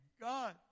God